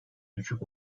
düşük